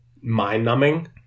mind-numbing